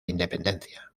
independencia